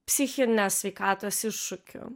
psichinės sveikatos iššūkių